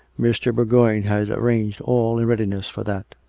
mr. bourgoign had arranged all in readiness for that.